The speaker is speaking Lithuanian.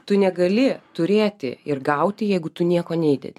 tu negali turėti ir gauti jeigu tu nieko neįdedi